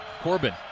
Corbin